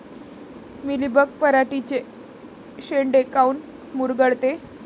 Mealybug पराटीचे चे शेंडे काऊन मुरगळते?